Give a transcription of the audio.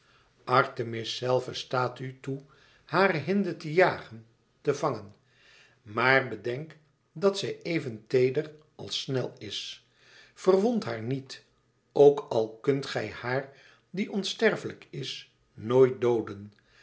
artemis zelve staat u toe hare hinde te jagen te vangen maar bedenk dat zij even teeder als snel is verwond haar niet ook al kunt gij haar die onsterfelijk is nooit dooden